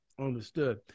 Understood